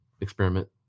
experiment